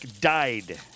died